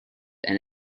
and